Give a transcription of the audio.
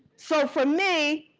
so for me,